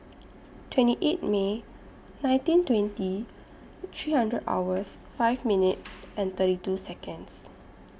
twenty eight May nineteen twenty three hundred hours five minutes and thirty two Seconds